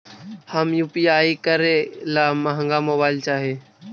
हम यु.पी.आई करे ला महंगा मोबाईल चाही?